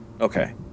Okay